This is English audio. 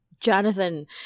Jonathan